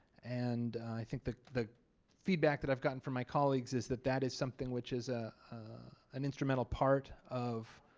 and i think the the feedback that i've gotten from my colleagues is that that is something which is ah an instrumental part of.